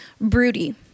broody